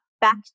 back